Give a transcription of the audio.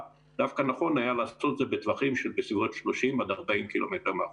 דווקא נכון היה לעשות את זה בטווחים של בסביבות 30 עד 40 קילומטר מהחוף.